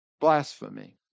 Blasphemy